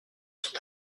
sont